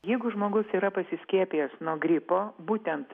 jeigu žmogus yra pasiskiepijęs nuo gripo būtent